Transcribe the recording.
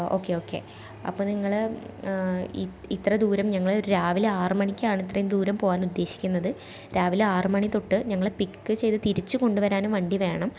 okay okay അപ്പം നിങ്ങൾ ഇത്ര ദൂരം ഞങ്ങൾ ഒരു രാവിലെ ആറ് മണിക്കാണ് ഇത്രയും ദൂരം പോവാനുദ്ദേശിക്കുന്നത് രാവിലെ ആറ് മണി തൊട്ട് ഞങ്ങളെ പിക്ക് ചെയ്ത് തിരിച്ച് കൊണ്ട് വരാനും വണ്ടി വേണം